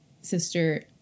sister